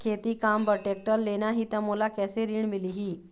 खेती काम बर टेक्टर लेना ही त मोला कैसे ऋण मिल पाही?